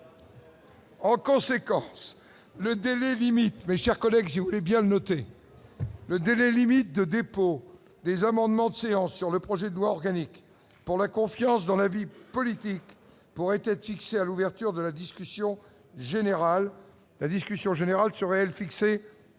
noté le délai limite de dépôt des amendements de séance sur le projet de loi organique pour la confiance dans la vie politique pour être, c'est à l'ouverture de la discussion générale, la discussion générale-elle fixée à